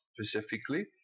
specifically